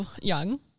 young